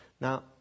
Now